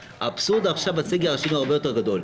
האבסורד בסגר השני הוא הרבה ויתר גדול,